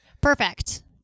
Perfect